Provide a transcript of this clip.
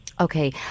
Okay